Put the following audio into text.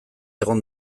egon